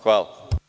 Hvala.